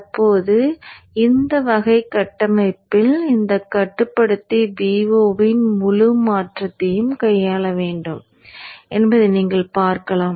தற்போது இந்த வகை கட்டமைப்பில் இந்த கட்டுப்படுத்தி Vo இன் முழு மாற்றத்தையும் கையாள வேண்டும் என்பதை நீங்கள் பார்க்கலாம்